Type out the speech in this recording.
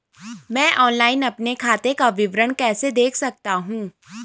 मैं ऑनलाइन अपने खाते का विवरण कैसे देख सकता हूँ?